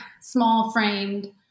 small-framed